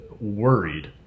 worried